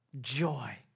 joy